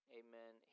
amen